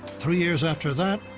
three years after that,